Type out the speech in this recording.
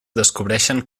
descobreixen